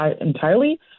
entirely